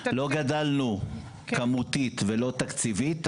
לא גדלנו כמותית ולא תקציבית,